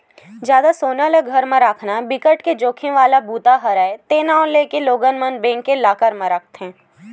जादा सोना ल घर म राखना बिकट के जाखिम वाला बूता हरय ते नांव लेके लोगन मन बेंक के लॉकर म राखथे